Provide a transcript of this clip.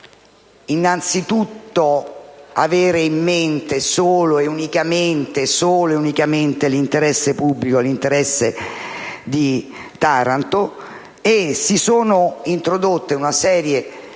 coraggio di avere in mente solo e unicamente l'interesse pubblico e l'interesse di Taranto, ed è stata introdotta una serie di